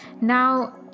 now